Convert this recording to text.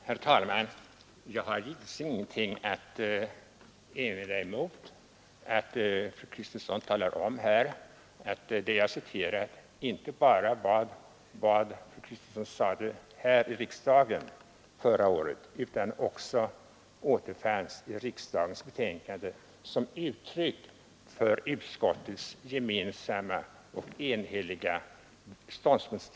Herr talman! Fru Kristensson framhöll att mitt citat ur ett anförande av fru Kristensson i riksdagen förra året också återfanns i utskottets betänkande som uttryck för utskottets enhälliga ståndpunktstagande i detta ärende.